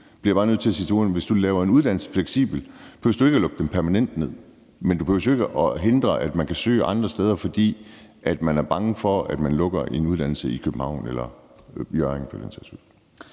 om vi skal lukke pladserne, men hvis du laver en uddannelse fleksibel, behøver du ikke at lukke den ned permanent. Men du behøver jo heller ikke at hindre, at man kan søge andre steder, fordi man er bange for, at man lukker en uddannelse i København eller andre steder.